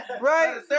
Right